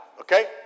Okay